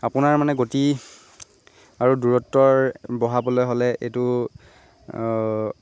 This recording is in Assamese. আপোনাৰ মানে গতি আৰু দূৰত্বৰ বঢ়াবলৈ হ'লে এইটো